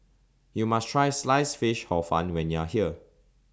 YOU must Try Sliced Fish Hor Fun when YOU Are here